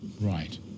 Right